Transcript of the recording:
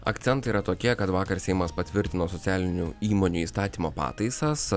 akcentai yra tokie kad vakar seimas patvirtino socialinių įmonių įstatymo pataisas